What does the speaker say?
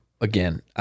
again